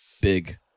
big